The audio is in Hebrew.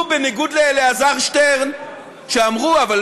הוא, בניגוד לאלעזר שטרן, אמרו: אבל